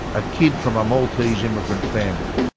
a kid from a maltese immigrant family.